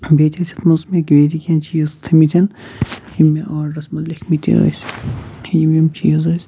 بیٚیہِ تہِ أسۍ اتھ منٛز مےٚ بیٚیہِ تہِ کیٚنٛہہ چیٖز تھٔمٕتن یِم مےٚ آرڈرس منٛز لیٚکھمٕتٮ۪ن ٲسۍ یِم یِم چیٖز ٲسۍ